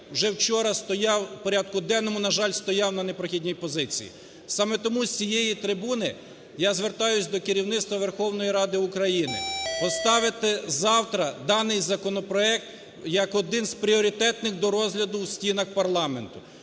вже вчора стояв у порядку денному, на жаль, стояв на непрохідній позиції. Саме тому з цієї трибуни я звертаюся до керівництва Верховної Ради України, поставити завтра даний законопроект, як один з пріоритетних до розгляду у стінах парламенту.